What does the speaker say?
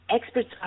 experts